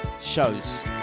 shows